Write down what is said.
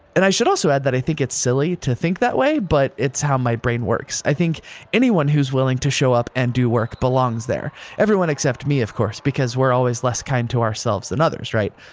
and i should also add that i think it's silly to think that way but it's how my brain works. i think anyone who's willing to show up and do work belongs there everyone except me, of course, because we're always less kind to ourselves than others, right?